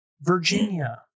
Virginia